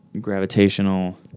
gravitational